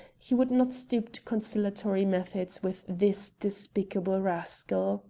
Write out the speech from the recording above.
he would not stoop to conciliatory methods with this despicable rascal